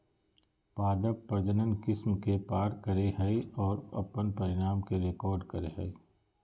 पादप प्रजनन किस्म के पार करेय हइ और अपन परिणाम के रिकॉर्ड करेय हइ